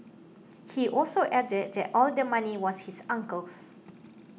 he also added that all the money was his uncle's